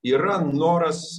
yra noras